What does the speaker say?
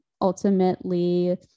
ultimately